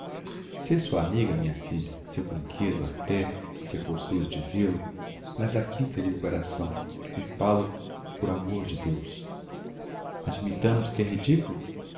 sê sua amiga minha filha seu brinquedo até se é forçoso dizêl o mas aquenta lhe o coração e fál o por amor de deus admittamos que é ridiculo